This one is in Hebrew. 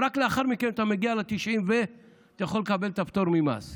ורק לאחר מכן אתה מגיע ל-90% ואתה יכול לקבל את הפטור ממס.